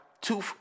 two